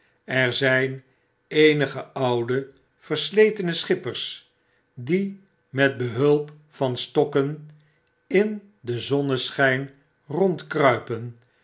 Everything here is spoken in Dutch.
er zjjn eenige oude versletene schippers die met behulp van stokken in den zonneschijn